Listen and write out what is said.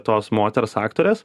tos moters aktorės